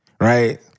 right